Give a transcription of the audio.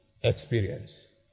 experience